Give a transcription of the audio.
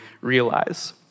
realize